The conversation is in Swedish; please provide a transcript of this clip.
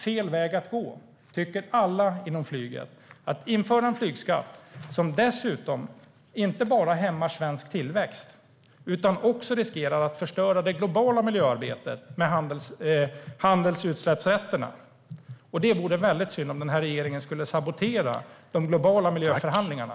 Alla inom flyget tycker att det är fel väg att gå att införa en flygskatt som inte bara hämmar svensk tillväxt utan också riskerar att förstöra det globala miljöarbetet och handeln med utsläppsrätter. Det vore väldigt synd om regeringen skulle sabotera de globala miljöförhandlingarna.